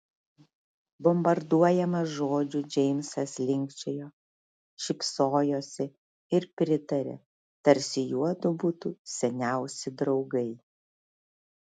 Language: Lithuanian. bombarduojamas žodžių džeimsas linkčiojo šypsojosi ir pritarė tarsi juodu būtų seniausi draugai